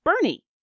Bernie